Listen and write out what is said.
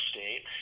State